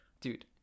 Dude